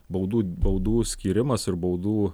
baudų baudų skyrimas ir baudų